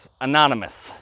Anonymous